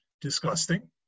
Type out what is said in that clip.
disgusting